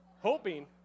hoping